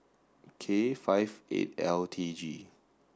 K five eight L T G